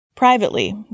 Privately